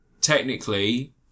technically